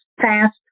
fast